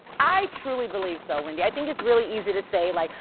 i truly believe so wendy. i think it's really easy to say like,